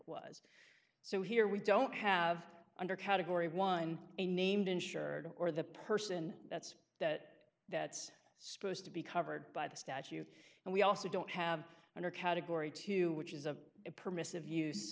was so here we don't have under category one a named insured or the person that's that that's supposed to be covered by the statute and we also don't have under category two which is a permissive